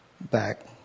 back